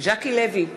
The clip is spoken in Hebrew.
ז'קי לוי,